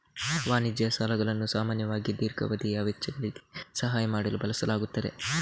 ವಾಣಿಜ್ಯ ಸಾಲಗಳನ್ನು ಸಾಮಾನ್ಯವಾಗಿ ದೀರ್ಘಾವಧಿಯ ವೆಚ್ಚಗಳಿಗೆ ಸಹಾಯ ಮಾಡಲು ಬಳಸಲಾಗುತ್ತದೆ